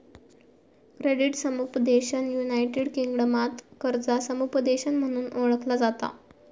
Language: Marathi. क्रेडिट समुपदेशन युनायटेड किंगडमात कर्जा समुपदेशन म्हणून ओळखला जाता